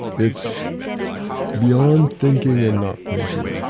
it's beyond thinking and not thinking,